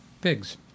Pigs